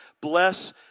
Bless